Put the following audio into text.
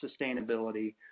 sustainability